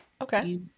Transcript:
okay